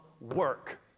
work